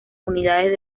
unidades